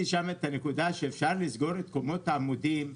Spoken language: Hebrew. הנקודה שאפשר לסגור את קומות העמודים,